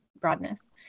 broadness